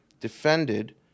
defended